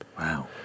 Wow